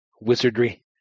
wizardry